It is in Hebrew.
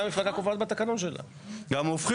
אולי בעיר שלו שלא יהיה.